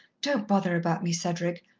don't bother about me, cedric.